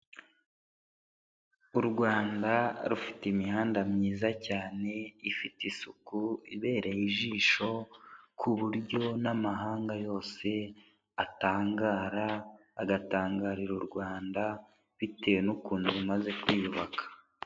U Rwanda rufite imihanda myiza cyane, ifite isuku, ibereye ijisho, ku buryo n'amahanga yose atangara, agatangarira u Rwanda bitewe n'ukuntu rumaze kwiyubaka.